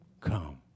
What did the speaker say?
come